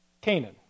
Canaan